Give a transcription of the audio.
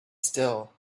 still